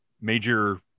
major